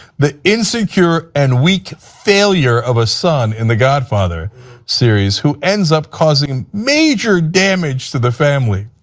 the insecure and weak failure of a son in the godfather series who ends up causing major damage to the family.